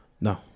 No